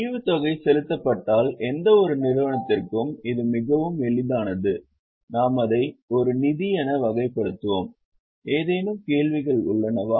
ஈவுத்தொகை செலுத்தப்பட்டால் எந்தவொரு நிறுவனத்திற்கும் இது மிகவும் எளிதானது நாம் அதை ஒரு நிதி என வகைப்படுத்துவோம் ஏதேனும் கேள்விகள் உள்ளனவா